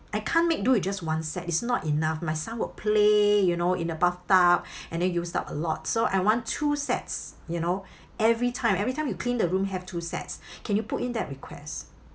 I can't make do with just one set it's not enough my son will play you know in the bathtub and then used up a lot so I want two sets you know every time every time you clean the room have two sets can you put in that request